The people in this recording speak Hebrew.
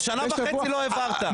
שנה וחצי לא העברת.